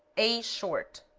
a short